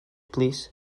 plîs